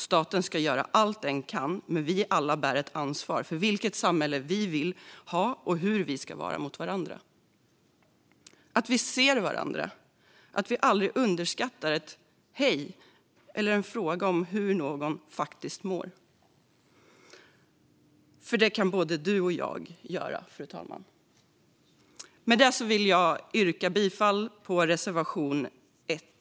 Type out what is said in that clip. Staten ska göra allt den kan, men vi bär alla ett ansvar för vilket samhälle vi vill ha och hur vi ska vara mot varandra - att vi ser varandra, att vi aldrig underskattar ett "hej" eller en fråga om hur någon faktiskt mår. Det kan både du och jag göra, fru talman. Med det yrkar jag bifall till reservation 1.